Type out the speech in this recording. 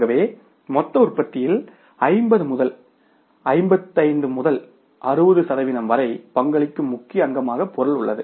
ஆகவே மொத்த உற்பத்தி செலவில் 50 முதல் 55 முதல் 60 சதவீதம் வரை பங்களிக்கும் முக்கிய அங்கமாக பொருள் உள்ளது